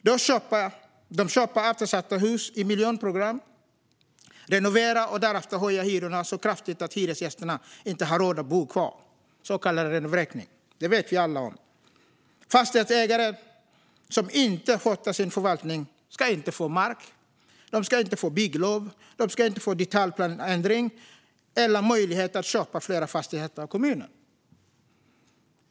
De köper eftersatta hus i miljonprogram, renoverar och höjer därefter hyrorna så kraftigt att hyresgästerna inte har råd att bo kvar, så kallad renovräkning. Detta vet vi alla om. Fastighetsägare som inte sköter sin förvaltning ska inte få mark, bygglov, detaljplaneändring eller möjlighet att köpa fler fastigheter av kommunen.